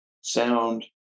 sound